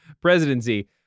presidency